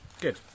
Good